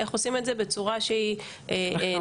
וחושבים איך עושים את זה בצורה שהיא נכונה,